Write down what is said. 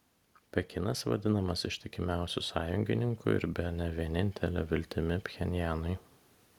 pekinas vadinamas ištikimiausiu sąjungininku ir bene vienintele viltimi pchenjanui